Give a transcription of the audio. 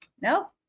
no